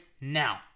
now